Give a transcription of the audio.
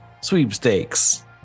sweepstakes